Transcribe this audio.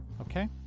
Okay